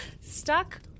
Stuck